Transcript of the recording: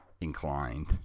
inclined